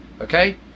okay